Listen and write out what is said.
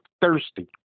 thirsty